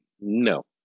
No